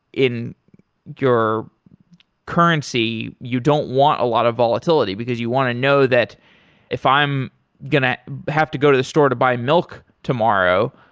in your currency, you don't want a lot of volatility, because you want to know that if i'm going to have to go to the store to buy milk tomorrow,